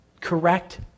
correct